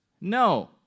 No